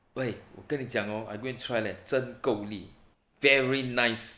!oi! 我跟你讲 hor I go and try leh 真够力 very nice